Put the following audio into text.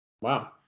Wow